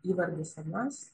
įvardis anas